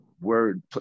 word